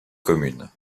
commune